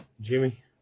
Jimmy